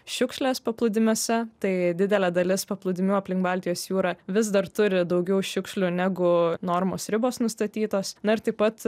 šiukšlės paplūdimiuose tai didelė dalis paplūdimių aplink baltijos jūrą vis dar turi daugiau šiukšlių negu normos ribos nustatytos na ir taip pat